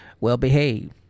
well-behaved